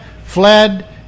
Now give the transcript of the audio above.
fled